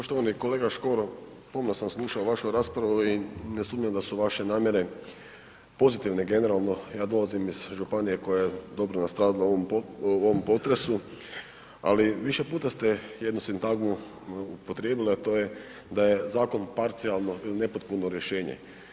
Poštovani kolega Škoro pomno sam slušao vašu raspravu i ne sumnjam da su vaše namjere pozitivne generalno, ja dolazim iz županije koja je dobro nastradala u ovom potresu, ali više puta ste jednu sintagmu upotrijebili, a to je da je zakon parcijalno i nepotpuno rješenje.